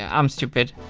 ah i'm stupid,